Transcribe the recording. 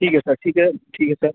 ठीक है सर ठीक है ठीक है सर